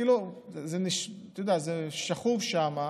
כאילו, אתה יודע, זה שכוב שם,